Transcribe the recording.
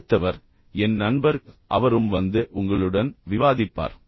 அடுத்தவர் என் நண்பர் அவரும் வந்து உங்களுடன் விவாதிப்பார்